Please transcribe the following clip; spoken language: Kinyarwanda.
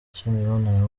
cy’imibonano